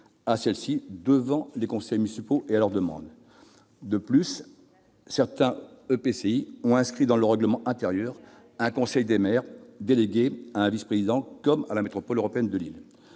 à celle-ci devant les conseils municipaux, à leur demande. De plus, certains EPCI ont institué dans leur règlement intérieur un conseil des maires, délégué à un vice-président ; c'est le cas de la métropole européenne de Lille.